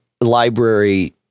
library